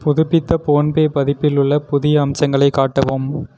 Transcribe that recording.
புதுப்பித்த போன்பே பதிப்பில் உள்ள புதிய அம்சங்களை காட்டவும்